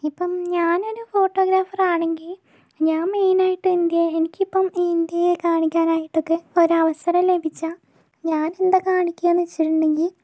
ഇപ്പം ഞാനൊരു ഫോട്ടോഗ്രാഫറാണെങ്കിൽ ഞാൻ മെയിനായിട്ട് ഇന്ത്യയെ എനിക്കിപ്പം ഇന്ത്യയെ കാണിക്കാനായിട്ടൊക്കെ ഒരവസരം ലഭിച്ചാൽ ഞാനെന്താ കാണിക്കുകാന്ന് വെച്ചിട്ടുണ്ടെങ്കിൽ